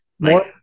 More